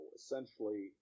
essentially